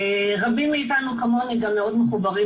רבים מאתנו כמוני גם מאוד מחוברים